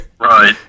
Right